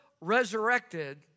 resurrected